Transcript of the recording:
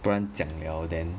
不然讲 liao then